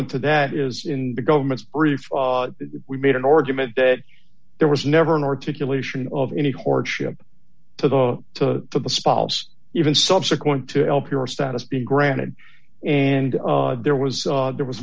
into that is in the government's brief we made an argument that there was never an articulation of any hardship to the to the spouse even subsequent to l p r status being granted and there was there was